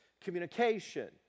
communication